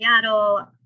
Seattle